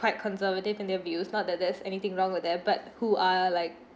quite conservative in their views not that there's anything wrong with that but who are like